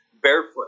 barefoot